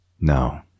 No